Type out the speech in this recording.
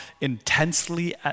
intensely